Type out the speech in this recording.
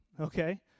okay